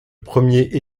premier